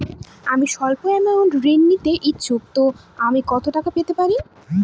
আমি সল্প আমৌন্ট ঋণ নিতে ইচ্ছুক তো আমি কত টাকা পেতে পারি?